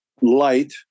light